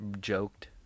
joked